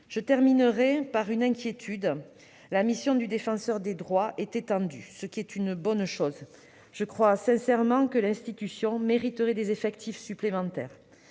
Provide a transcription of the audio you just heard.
Je terminerai par une inquiétude. La mission du Défenseur des droits est étendue, c'est une bonne chose, et je crois sincèrement que l'institution mériterait des effectifs supplémentaires.